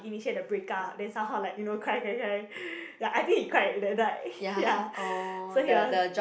initiate the break up then somehow like you know cry cry cry I think he cried that night ya so he was